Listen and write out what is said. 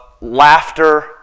laughter